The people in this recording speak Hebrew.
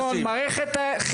איזה מין שר זה?